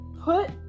put